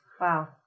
Wow